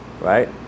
right